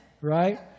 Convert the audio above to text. right